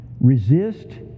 resist